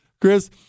Chris